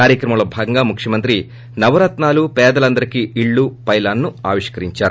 కార్యక్రమంలో భాగంగా ముఖ్యమంత్రి నవరత్నాలు పేదలందరికీ ఇళ్లు పైలాన్ను ఆవిష్కరించారు